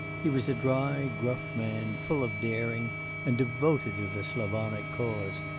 he was a dry, gruff man, full of daring and devoted to the slavonic cause.